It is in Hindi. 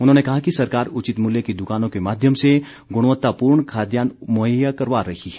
उन्होंने कहा कि सरकार उचित मूल्य की दुकानों के माध्यम से गुणवत्तापूर्ण खाद्यान्न मुहैया करवा रही है